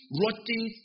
rotting